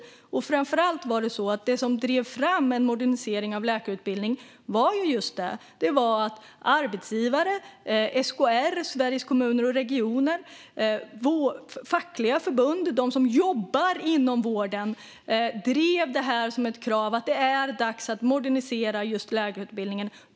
Det som framför allt drev fram en modernisering av läkarutbildningen var just att arbetsgivare som Sveriges Kommuner och Regioner, fackliga förbund och de som jobbade inom vården drev som ett krav att det var dags att modernisera läkarutbildningen.